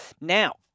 Now